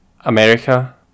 America